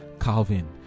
Calvin